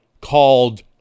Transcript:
called